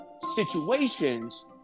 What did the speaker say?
situations